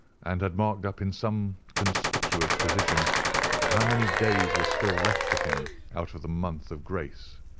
and had marked up in some conspicuous position how many days were still left to him out of the month of grace.